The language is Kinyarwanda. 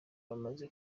bamaze